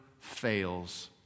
fails